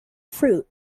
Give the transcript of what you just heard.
fruit